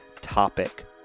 topic